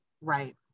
right